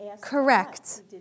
correct